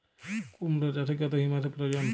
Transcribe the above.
কুড়মো চাষে কত হিউমাসের প্রয়োজন?